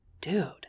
Dude